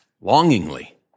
longingly